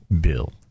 bill